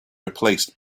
replaced